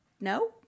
no